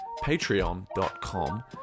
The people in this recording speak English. patreon.com